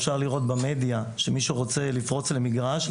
אפשר לראות במדיה שמי שרוצה לפרוץ למגרש,